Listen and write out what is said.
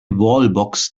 wallbox